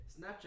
Snapchat